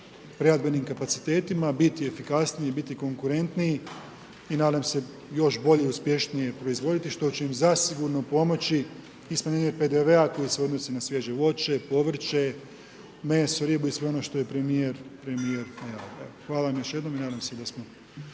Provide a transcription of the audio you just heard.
razumije./… kapacitetima biti efikasniji, biti konkurentniji i nadam se još bolje i uspješnije proizvoditi što će im zasigurno pomoći i smanjenju PDV-a koji se odnosi na svježe voće i povrće, meso, ribu i sve ono što je premijer najavio. Evo, hvala vam još jednom i nadam se da ste